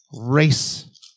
race